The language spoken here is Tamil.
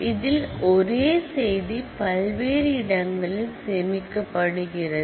இதில் ஒரே செய்தி பல்வேறு இடங்களில் சேமிக்கப்படுகிறது